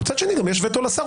אבל מצד שני גם יש וטו לשר,